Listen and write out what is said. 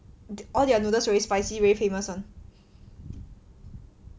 all their noodles very spicy very famous [one]